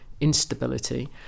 instability